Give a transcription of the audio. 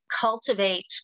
cultivate